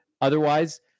Otherwise